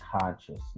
consciousness